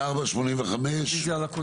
84 ו-85.